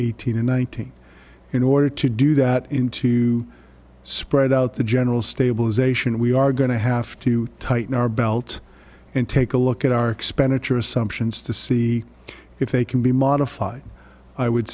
eighteen and nineteen in order to do that in two spread out the general stabilization we are going to have to tighten our belt and take a look at our expenditure assumptions to see if they can be modified i would